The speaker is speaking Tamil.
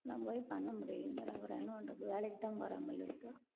எல்லாம் போய் பண்ண முடியலேங்கிறாங்க அப்புறம் என்ன பண்ணுறது வேலைக்கு தான் போறாங்களேன்ட்டு